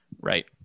right